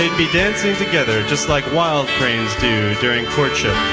be dancing together just like wild cranes do during courtship.